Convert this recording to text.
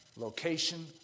Location